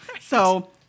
So-